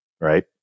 right